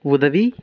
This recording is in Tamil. உதவி